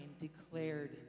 declared